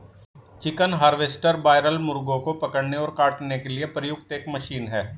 chicken harvester broiler मुर्गों को पकड़ने और काटने के लिए प्रयुक्त एक मशीन है